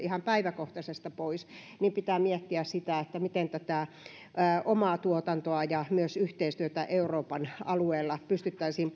ihan päiväkohtaisesta koronakriisistä toivottavasti pois niin pitää miettiä sitä miten tätä omaa tuotantoa ja myös yhteistyötä euroopan alueella pystyttäisiin